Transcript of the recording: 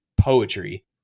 poetry